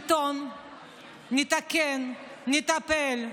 כשנחזור לשלטון נתקן, נטפל,